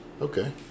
okay